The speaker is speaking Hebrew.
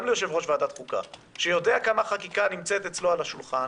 גם ליושב-ראש ועדת החוקה שיודע כמה חקיקה נמצאת אצלו על השולחן